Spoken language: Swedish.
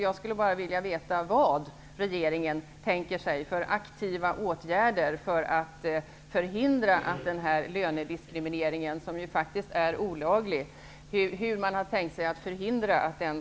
Jag skulle bara vilja veta vilka aktiva åtgärder som regeringen tänker sig för att förhindra denna lönediskriminering att fortsätta, en lönediskriminering som faktiskt är olaglig.